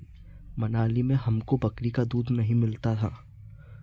मनाली में हमको बकरी का दूध ही मिलता था